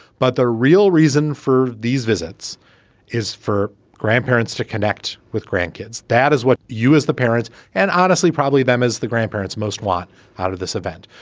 but the real reason for these visits is for grandparents to connect with grandkids. that is what you as the parents and honestly probably them as the grandparents most want out of this event.